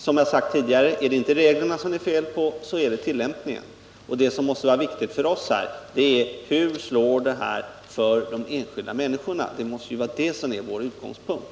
Som jag sagt tidigare: Är det inte reglerna det är fel på så är det tillämpningen. Det som måste vara det viktiga för oss är hur detta slår för de enskilda människorna. Det måste vara vår utgångspunkt.